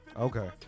Okay